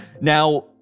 now